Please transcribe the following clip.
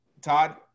Todd